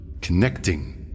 connecting